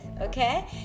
okay